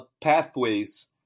pathways